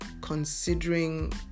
considering